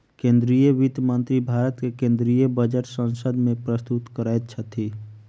केंद्रीय वित्त मंत्री भारत के केंद्रीय बजट संसद में प्रस्तुत करैत छथि